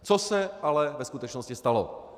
Co se ale ve skutečnosti stalo?